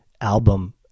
album